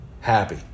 happy